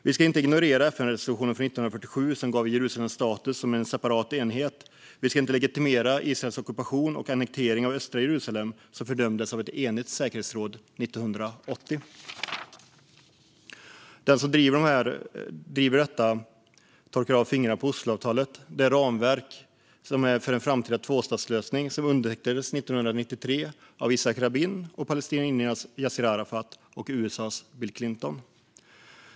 Vi ska inte ignorera FN-resolutionen från 1947, som gav Jerusalem status som en separat enhet. Vi ska inte legitimera Israels ockupation och annektering av östra Jerusalem, som fördömdes av ett enigt säkerhetsråd 1980. De som driver detta torkar av fingrarna på Osloavtalet, det ramverk för en framtida tvåstatslösning som undertecknades 1993 av Yitzhak Rabin, palestiniernas Yasir Arafat och USA:s Bill Clinton.